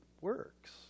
works